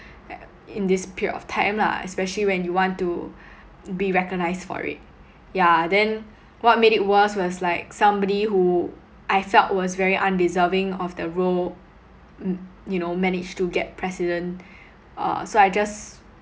in this period of time lah especially when you want to be recognised for it yeah then what made it worse was like somebody who I felt was very undeserving of the role mm you know managed to get president uh so I just